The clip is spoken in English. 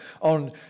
on